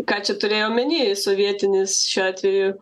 ką čia turėjo omeny sovietinis šiuo atveju